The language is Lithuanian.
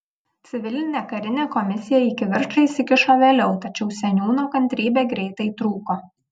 civilinė karinė komisija į kivirčą įsikišo vėliau tačiau seniūno kantrybė greitai trūko